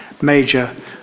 major